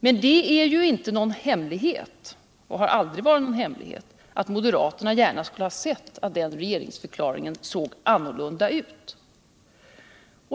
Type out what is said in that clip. Men det är inte och har aldrig varit någon hemlighet att moderaterna gärna skulle ha sett att den regeringsförklaringen såg annorlunda ut.